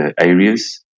areas